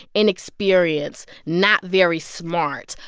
inexperienced, not very smart,